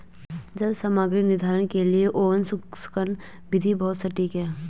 जल सामग्री निर्धारण के लिए ओवन शुष्कन विधि बहुत सटीक है